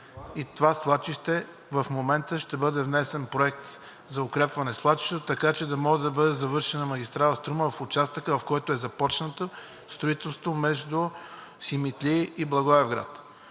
и за него в момента ще бъде внесен проект за укрепване на свлачището, така че да може да бъде завършена магистрала „Струма“ в участъка, в който е започнато строителството – между Симитли и Благоевград.